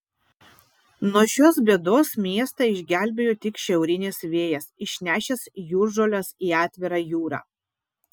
nuo šios bėdos miestą išgelbėjo tik šiaurinis vėjas išnešęs jūržoles į atvirą jūrą